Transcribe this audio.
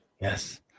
Yes